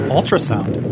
Ultrasound